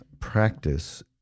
practice